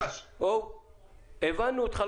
הבנו אותך.